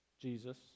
Jesus